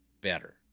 better